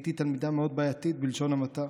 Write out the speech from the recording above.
הייתי תלמידה מאוד בעייתית, בלשון המעטה,